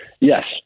Yes